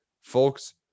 Folks